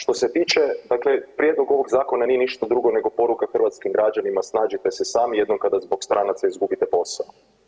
Što se tiče dakle prijedlog ovog zakona nije ništa drugo nego poruka hrvatskim građanima snađite se sami jednom kada zbog stranaca izgubite posao.